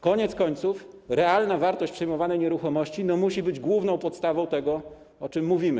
Koniec końców realna wartość przyjmowanej nieruchomości musi być główną podstawą tego, o czym mówimy.